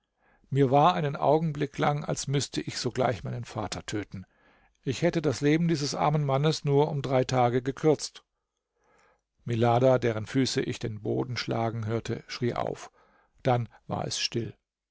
mir war einen augenblick lang als müßte ich sogleich meinen vater töten ich hätte das leben dieses armen mannes nur um drei tage gekürzt milada deren füße ich den boden schlagen hörte schrie auf dann war es still